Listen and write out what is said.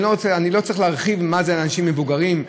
אני לא צריך להרחיב מה זה לאנשים מבוגרים,